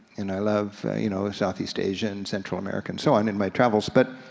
and i love you know ah south east asia, and central america, and so on, in my travels. but,